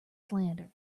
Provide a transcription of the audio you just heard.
slander